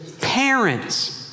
parents